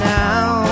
now